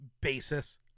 basis